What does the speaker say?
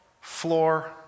floor